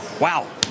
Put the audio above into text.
wow